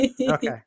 Okay